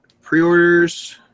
Pre-orders